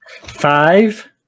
Five